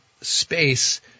space